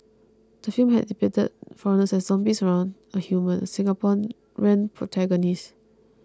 the film had depicted foreigners as zombies around a human Singaporean protagonist